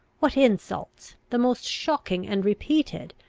what insults, the most shocking and repeated,